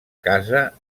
casa